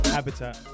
Habitat